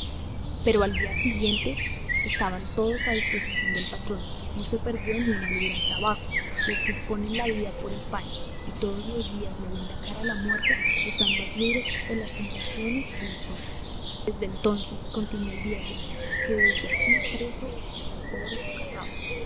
pero al día siguiente estaban todos a disposición del patrón no se perdió ni una libra de tabaco los que exponen la vida por el pan y todos los días le ven la cara a la muerte están más libres de tentaciones que los otros desde entonces continuó el viejo que está aquí preso el pobre socarrao